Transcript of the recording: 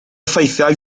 ffeithiau